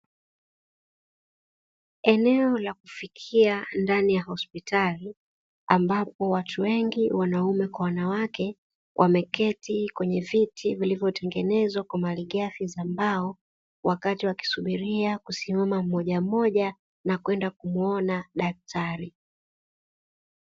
Eneo la kufikia ndani ya hospitali ambapo watu wengi wanaume kwa wanawake wameketi kwenye viti vilivyotengenezwa kwa malighafi za mbao, wakati wa kusubiria kusimama mmoja mmoja na kwenda kumwona daktari.